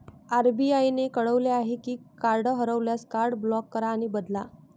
RBI ने कळवले आहे की कार्ड हरवल्यास, कार्ड ब्लॉक करा आणि बदला